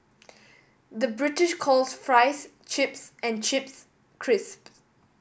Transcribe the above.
the British calls fries chips and chips crisps